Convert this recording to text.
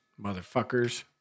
motherfuckers